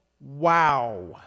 Wow